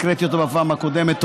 הקראתי בפעם הקודמת.